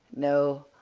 no,